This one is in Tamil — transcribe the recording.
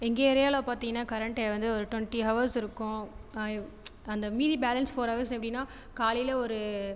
எங்கள் ஏரியாவில் பார்த்திங்கன்னா கரண்ட் வந்து ஒரு டுவெண்ட்டி ஹவர்ஸ் இருக்கும் அந்த மீதி பேலன்ஸ் ஃபோர் ஹவர்ஸ் எப்படின்னால் காலையில் ஒரு